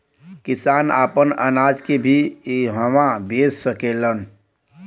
किसान आपन अनाज के भी इहवां बेच सकेलन